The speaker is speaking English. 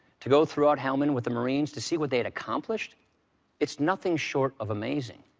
to go throughout helmand with the marines to see what they had accomplished it's nothing short of amazing.